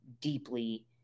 deeply